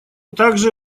также